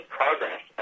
progress